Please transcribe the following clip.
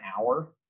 hour